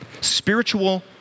Spiritual